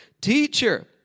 Teacher